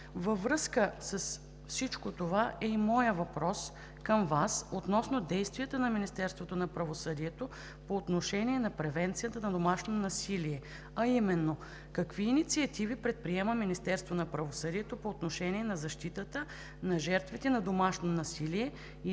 Във връзка с всичко това е и моят въпрос към Вас относно действията на Министерството на правосъдието по отношение на превенцията на домашно насилие, а именно: какви инициативи предприема Министерството на правосъдието по отношение на защитата на жертвите на домашно насилие и